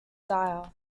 dyer